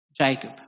Jacob